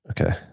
Okay